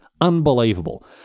Unbelievable